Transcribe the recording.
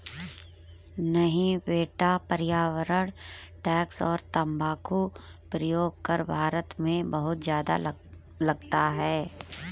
नहीं बेटा पर्यावरण टैक्स और तंबाकू प्रयोग कर भारत में बहुत ज्यादा लगता है